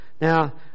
Now